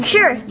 Sure